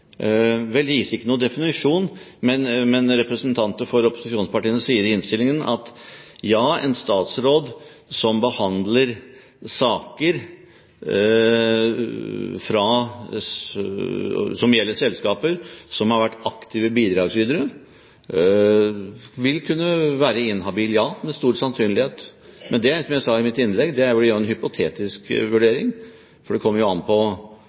Vel, det gis ikke noen definisjon, men representanter for opposisjonspartiene sier i innstillingen at ja, en statsråd som behandler saker som gjelder selskaper som har vært aktive bidragsytere, vil kunne være inhabil – ja, med stor sannsynlighet. Men det er som jeg sa i mitt innlegg: Det vil bli en hypotetisk vurdering, for det kommer an på